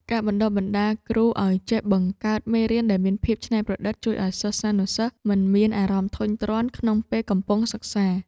ការបណ្តុះបណ្តាលគ្រូឱ្យចេះបង្កើតមេរៀនដែលមានភាពច្នៃប្រឌិត ជួយឱ្យសិស្សានុសិស្សមិនមានអារម្មណ៍ធុញទ្រាន់ក្នុងពេលកំពុងសិក្សា។